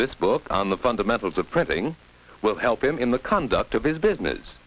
this book on the fundamentals of printing will help him in the conduct of his business